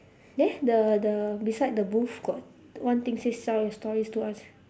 there the the beside the booth got one thing say sell your stories to us